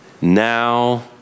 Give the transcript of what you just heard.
Now